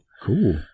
Cool